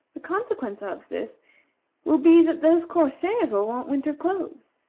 the consequence of this will be that those corsairs will want winter clothes,